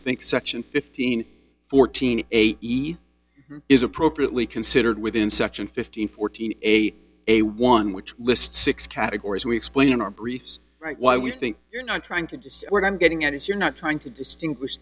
think section fifteen fourteen a eat is appropriately considered within section fifteen fourteen a a one which lists six categories we explain in our briefs right why we think you're not trying to decide what i'm getting at is you're not trying to distinguish